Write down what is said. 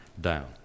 down